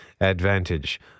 advantage